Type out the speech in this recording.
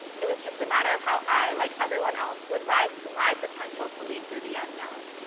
it was just a matter of how i, like everyone else, would rise to my potential to lead through the unknown.